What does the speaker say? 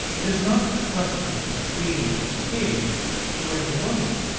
it is not the custom for the queen or king to reign alone.